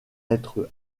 être